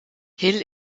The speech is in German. hill